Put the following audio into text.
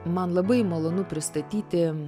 man labai malonu pristatyti